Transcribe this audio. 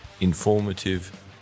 Informative